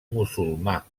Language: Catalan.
musulmà